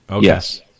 Yes